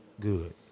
good